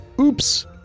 Oops